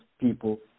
people